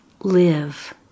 live